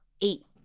eight